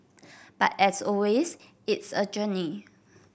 but as always it's a journey